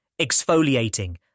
exfoliating